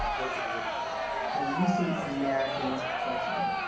go to the video. and you see americans torturing.